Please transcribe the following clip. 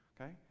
okay